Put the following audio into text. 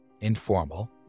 informal